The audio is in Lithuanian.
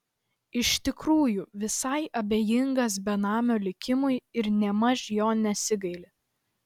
iš tikrųjų visai abejingas benamio likimui ir nėmaž jo nesigaili